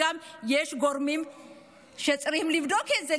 יש גורמים שצריכים לבדוק את זה,